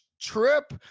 trip